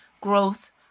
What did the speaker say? Growth